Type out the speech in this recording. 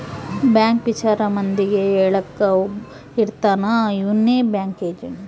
bank ವಿಚಾರ ಮಂದಿಗೆ ಹೇಳಕ್ ಒಬ್ಬ ಇರ್ತಾನ ಅವ್ನೆ ಬ್ಯಾಂಕ್ ಏಜೆಂಟ್